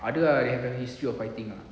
ada ah history of fighting ah